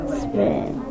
spin